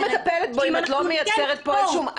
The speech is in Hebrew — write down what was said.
את אומרת